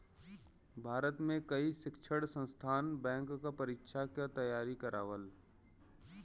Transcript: भारत में कई शिक्षण संस्थान बैंक क परीक्षा क तेयारी करावल